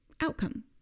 outcome